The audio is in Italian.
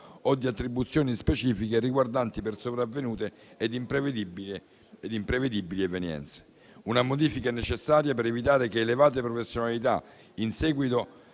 o di attribuzioni specifiche riguardanti sopravvenute ed imprevedibili evenienze: una modifica necessaria per evitare che elevate professionalità, a seguito